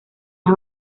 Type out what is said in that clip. las